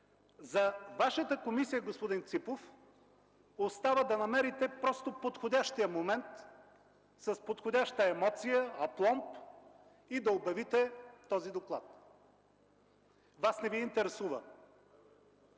За Вашата комисия, господин Ципов, остава да намерите просто подходящия момент с подходяща емоция, апломб и да обявите този доклад. Вас не Ви интересува